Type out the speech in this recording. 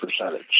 percentage